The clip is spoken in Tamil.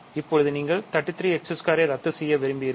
இப்போது நீங்கள் 33 x2 ரத்து செய்ய விரும்புகிறீர்கள்